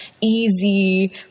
easy